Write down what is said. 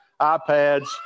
iPads